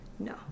No